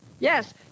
Yes